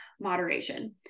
moderation